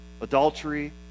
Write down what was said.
Adultery